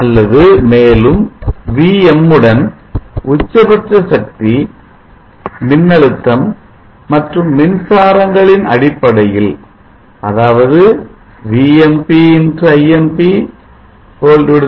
அல்லது மேலும் Vm உடன் உச்சபட்ச சக்தி மின்னழுத்தம் மற்றும் மின்சாரங்களின் அடிப்படையில் அதாவது VmpImpLAcell